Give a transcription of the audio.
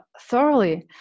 thoroughly